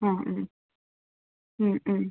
ആ ഉം ഉം ഉം